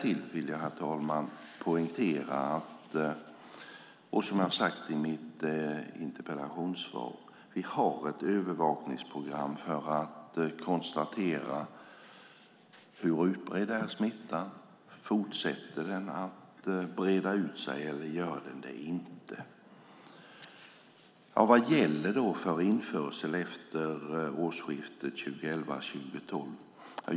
Jag vill poängtera - och det har jag skrivit i mitt interpellationssvar - att vi har ett övervakningsprogram för att konstatera hur utbredd smittan är och om den fortsätter att breda ut sig eller inte. Vad gäller då för införsel efter årsskiftet 2011-2012?